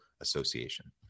Association